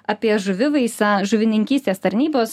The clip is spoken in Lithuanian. apie žuvivaisą žuvininkystės tarnybos